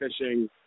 fishing